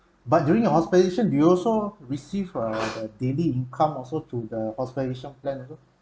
but during your hospitalisation do you also receive uh daily income also to the hospitalisation plan also